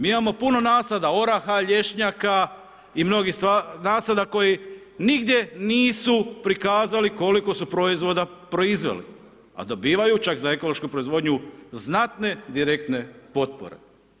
Mi imamo puno nasada oraha, lješnjaka i mnogih nasada koji nigdje nisu prikazali koliko su proizvoda proizveli, a dobivaju čak za ekološku proizvodnju znatne direktne potpore.